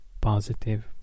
positive